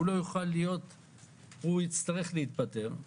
הוא הצטרך להתפטר.